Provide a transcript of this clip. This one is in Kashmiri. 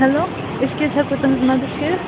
ہیٚلو أسۍ کہِ حظ ہٮ۪کو تُہٕنٛز مَدَتھ کٔرِتھ